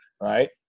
Right